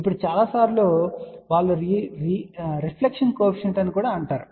ఇప్పుడు చాలా సార్లు వారు రిఫ్లెక్షన్ కోఎఫిషియంట్ అని కూడా అంటున్నారు